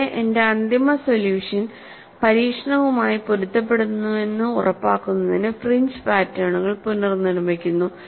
ഇവിടെ എന്റെ അന്തിമ സൊല്യൂഷൻ പരീക്ഷണവുമായി പൊരുത്തപ്പെടുന്നുവെന്ന് ഉറപ്പാക്കുന്നതിന് ഫ്രിഞ്ച് പാറ്റേണുകൾ പുനർനിർമ്മിക്കുന്നു